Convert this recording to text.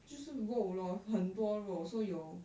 就是肉 lor 很多肉 so 有